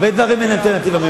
הרבה דברים אין אלטרנטיבה.